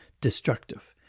destructive